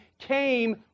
came